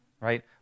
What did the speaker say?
right